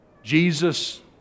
jesus